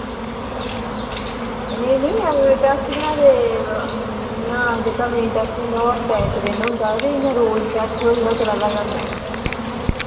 ए नेईं नेईं टैस्ट केह् आखदे इ'यां जेह्का मेन टैस्ट होंदा ओ हफ्ते इक दिन होंदा ते इ'यां रोज टैस्ट थोह्ड़ा थोह्ड़ा चला दा गै होंदा